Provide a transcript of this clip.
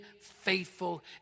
faithful